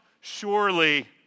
surely